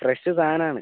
fresh സാധനമാണ്